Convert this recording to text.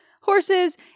horses